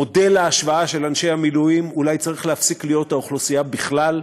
מודל ההשוואה של אנשי המילואים אולי צריך להפסיק להיות האוכלוסייה בכלל,